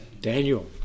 Daniel